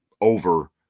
over